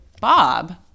Bob